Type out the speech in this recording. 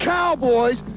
Cowboys